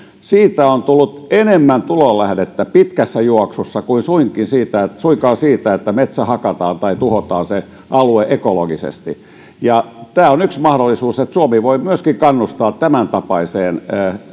siitä on tullut enemmän tulolähdettä pitkässä juoksussa kuin suinkaan siitä suinkaan siitä että metsä hakataan tai tuhotaan se alue ekologisesti tämä on yksi mahdollisuus että suomi voi myöskin kannustaa tämäntapaiseen